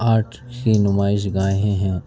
art کی نمائش گاہیں ہیں